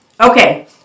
Okay